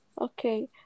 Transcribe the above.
Okay